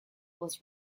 was